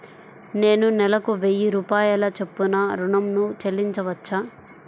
నేను నెలకు వెయ్యి రూపాయల చొప్పున ఋణం ను చెల్లించవచ్చా?